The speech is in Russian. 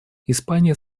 испания